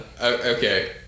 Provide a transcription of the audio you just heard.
Okay